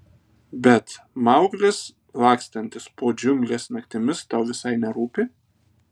bet mauglis lakstantis po džiungles naktimis tau visai nerūpi